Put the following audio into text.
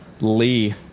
Lee